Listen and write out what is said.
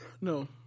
No